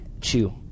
Chew